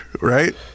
Right